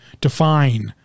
define